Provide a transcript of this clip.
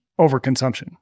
overconsumption